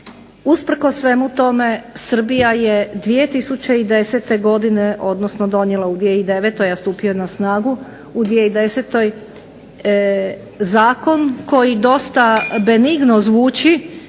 usprkos svemu tome Srbija je 2010. godine, odnosno donijela u 2009., a stupio je na snagu u 2010. zakon koji dosta benigno zvuči,